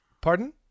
pardon